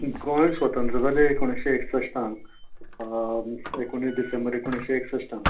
गोंय स्वतंत्र जालें एकुणीशें एकश्टान एकुणीस डिसेंबर एकुणीशें एकश्टान